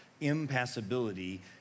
impassibility